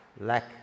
lack